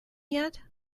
yet